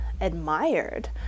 admired